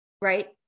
Right